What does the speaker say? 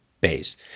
base